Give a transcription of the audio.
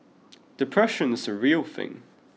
depression is a real thing